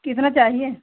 कितना चाहिए